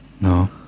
No